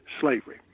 slavery